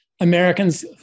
Americans